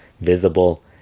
visible